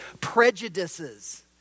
prejudices